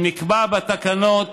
שנקבע בתקנות